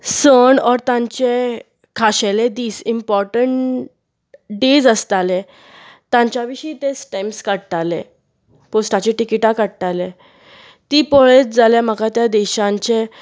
सण ओर तांचे खाशेले दीस ईम्पोर्टंट डेज आसतालें तांच्या विशी तें स्टेंप्स काडटालें पोस्टाची तिकिटां काडटाले ती पळयत जाल्यार म्हाका त्या देशांचे